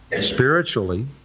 spiritually